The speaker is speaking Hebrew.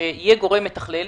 שיהיה גורם מתכלל,